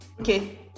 Okay